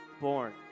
born